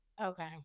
Okay